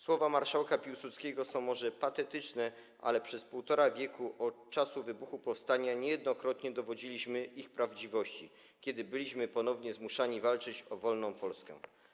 Słowa marszałka Piłsudskiego są może patetyczne, ale przez 1,5 wieku od czasu wybuchu powstania niejednokrotnie dowodziliśmy ich prawdziwości, kiedy byliśmy ponownie zmuszani walczyć o wolną Polskę.